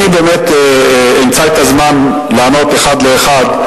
אני באמת אמצא את הזמן לענות אחד לאחד.